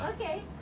Okay